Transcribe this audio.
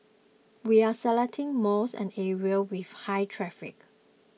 we are selecting malls and areas with high traffic